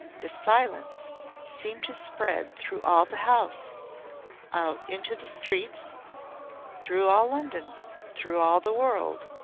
the silence seemed to spread through all the house out into the streets through all london through all the world,